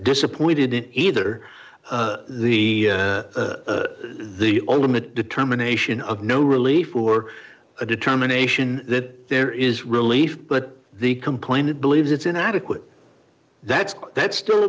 disappointed in either the the ultimate determination of no relief or a determination that there is relief but the complainant believes it's inadequate that's that's still